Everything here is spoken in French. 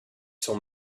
son